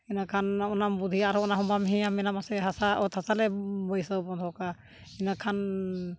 ᱤᱱᱟᱹᱠᱷᱟᱱ ᱚᱱᱟᱢ ᱵᱩᱫᱽᱫᱷᱤᱭᱟ ᱟᱨᱦᱚᱸ ᱚᱱᱟ ᱦᱚᱸ ᱵᱟᱢ ᱦᱮᱭᱟ ᱢᱮᱱᱟᱢᱟ ᱥᱮ ᱦᱟᱥᱟ ᱚᱛ ᱦᱟᱥᱟᱞᱮ ᱵᱟᱹᱭᱥᱟᱹᱣ ᱵᱚᱱᱫᱷᱚᱠ ᱠᱟᱜᱼᱟ ᱤᱱᱟᱹᱠᱷᱟᱱ